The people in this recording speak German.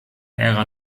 ära